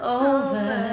over